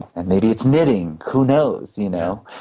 and maybe it's knitting, who knows? you know